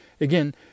again